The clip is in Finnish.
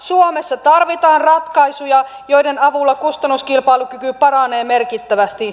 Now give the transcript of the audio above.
suomessa tarvitaan ratkaisuja joiden avulla kustannuskilpailukyky paranee merkittävästi